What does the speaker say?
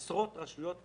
עשרות רשויות מקומיות,